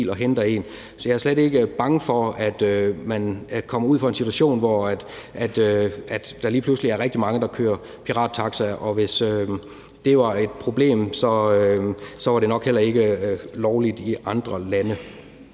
og henter en. Så jeg er slet ikke bange for, at man kommer ud for en situation, hvor der lige pludselig er rigtig mange, der kører pirattaxa, og hvis det var et problem, var det nok heller ikke lovligt i andre lande.